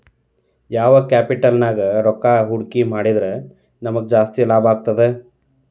ಯಾವ್ ಕ್ಯಾಪಿಟಲ್ ನ್ಯಾಗ್ ರೊಕ್ಕಾ ಹೂಡ್ಕಿ ಮಾಡಿದ್ರ ನಮಗ್ ಜಾಸ್ತಿ ಲಾಭಾಗ್ತದ?